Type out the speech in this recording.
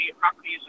properties